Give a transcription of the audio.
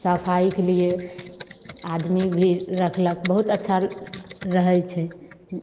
सफाइके लिए आदमी भी रखलक बहुत अच्छा रहैत छै